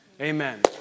Amen